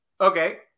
Okay